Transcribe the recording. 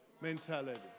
mentality